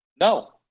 no